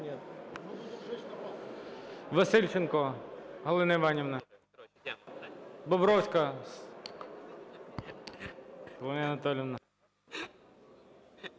Васильченко Галина Іванівна. Бобровська Соломія Анатоліївна.